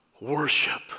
Worship